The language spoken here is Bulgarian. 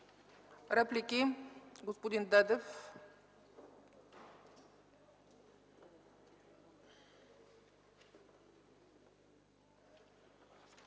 Реплики? Господин Дедев.